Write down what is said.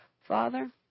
Father